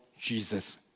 Jesus